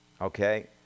okay